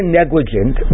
negligent